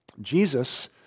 Jesus